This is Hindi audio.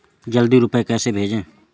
जल्दी रूपए कैसे भेजें?